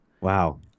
Wow